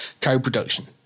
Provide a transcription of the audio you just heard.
co-production